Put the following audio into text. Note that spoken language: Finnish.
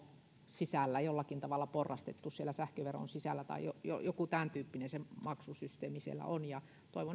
sisällä jollakin tavalla porrastettu siellä sähköveron sisällä tai joku tämän tyyppinen se maksusysteemi siellä on ja se otettaisiin